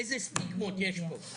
איזה סטיגמות יש פה.